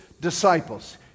disciples